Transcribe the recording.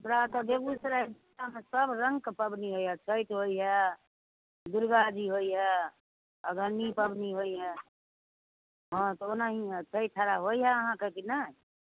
हमरा ओतऽ बेगुसरायमे सभ रङ्ग कऽ पबनी होइए छठि होइए दुर्गाजी होइए अगहनी पबनी होइए हाँ तऽ ओनाही हाएत छठि आर होइ हए अहाँके कि नहि